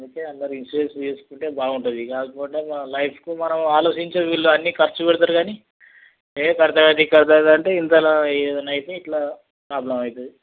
అయితే అందరూ ఇన్సూరెన్స్ చేసుకుంటే బాగుంటుంది కాకపోతే మన లైఫ్కు మనం ఆలోచించే వీళ్ళు అన్నీ ఖర్చు పెడతారు కానీ ఏ కడతా గానీ తీ కడతాగా అంటే ఇంతలో ఏదన్నా అయితే ఇట్లా ప్రాబ్లమ్ అవుతుంది